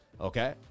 okay